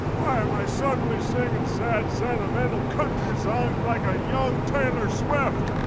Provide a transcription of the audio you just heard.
why am i suddenly singing and sad, sentimental country songs like a young taylor swift?